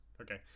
Okay